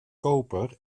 koper